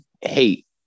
hate